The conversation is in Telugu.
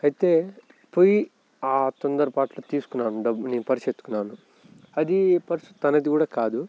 అయితే పోయి ఆ తొందరపాటులో తీసుకున్నాను నేను డబ్బు పర్సు వెత్తుకున్నాను అది పర్స్ తనది కూడా కాదు